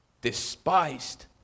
despised